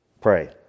Pray